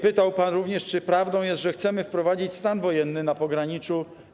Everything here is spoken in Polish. Pytał pan również, czy prawdą jest, że chcemy wprowadzić stan wojenny na pograniczu.